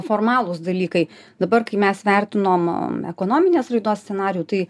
formalūs dalykai dabar kai mes vertinom ekonominės raidos scenarijų tai